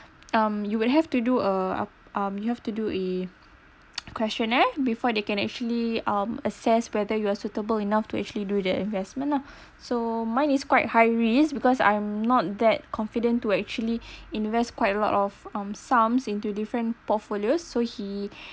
um you will have to do a uh um you have to do a questionnaire before they can actually um assess whether you are suitable enough to actually do that investment lah so mine is quite high risk because I'm not that confident to actually invest quite a lot of um sums into different portfolios so he